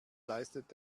leistet